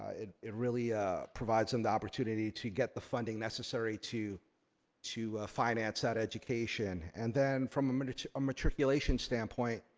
it it really provides them the opportunity to get the funding necessary to to finance that education. and then from um and a matriculation standpoint,